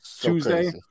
Tuesday